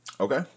Okay